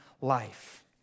life